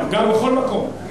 בכל מקום.